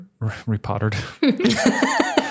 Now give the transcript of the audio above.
Repottered